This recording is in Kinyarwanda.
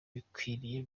bikwiriye